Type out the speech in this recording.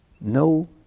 no